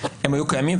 הם היו קיימים,